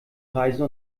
reise